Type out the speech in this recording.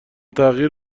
تغییر